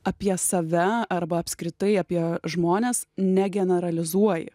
apie save arba apskritai apie žmones negeneralizuoji